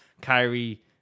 Kyrie